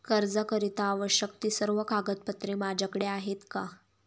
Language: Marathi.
कर्जाकरीता आवश्यक ति सर्व कागदपत्रे माझ्याकडे आहेत का?